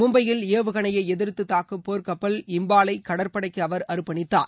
மும்பையில் ஏவுகணையை எதிர்த்து தாக்கும் போர்க்கப்பல் இம்பாலை கடற்படைக்கு அவர் அர்ப்பணித்தார்